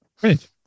Great